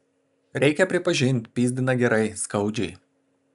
reikia pripažinti pyzdina gerai skaudžiai